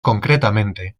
concretamente